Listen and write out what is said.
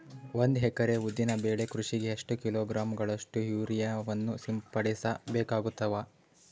ಒಂದು ಎಕರೆ ಉದ್ದಿನ ಬೆಳೆ ಕೃಷಿಗೆ ಎಷ್ಟು ಕಿಲೋಗ್ರಾಂ ಗಳಷ್ಟು ಯೂರಿಯಾವನ್ನು ಸಿಂಪಡಸ ಬೇಕಾಗತದಾ?